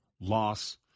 loss